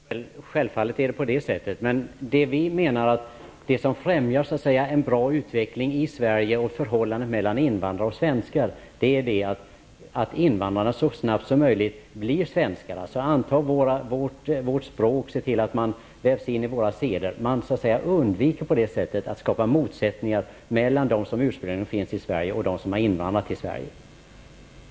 Herr talman! Självfallet är det på det sättet. Det vi menar främjar en bra utveckling i Sverige och förhållandet mellan invandrare och svenskar är att invandrarna så snabbt som möjligt blir svenskar, antar vårt språk, ser till att man vävs in i våra seder. Man undviker på det sättet att skapa motsättningar mellan dem som ursprungligen finns i Sverige och dem som har invandrat till Sverige.